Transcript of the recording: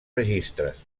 registres